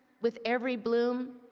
with every bloom,